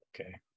okay